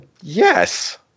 Yes